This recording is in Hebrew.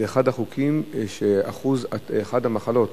שזאת אחת המחלות